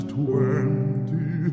twenty